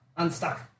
Unstuck